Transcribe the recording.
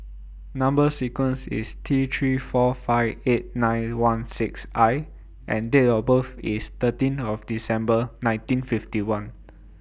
Number sequence IS T three four five eight nine one six I and Date of birth IS thirteen of December nineteen fifty one